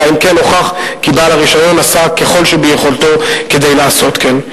אלא אם כן נוכח כי בעל הרשיון עשה ככל שביכולתו כדי לעשות כן.